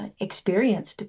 experienced